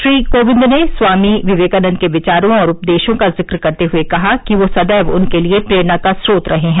श्री कोविंद ने स्वामी विवेकानन्द के विचारों और उपदेशों का जिक्र करते हुए कहा कि वे सदैव उनके लिये प्रेरणा का म्रोत रहे हैं